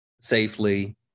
safely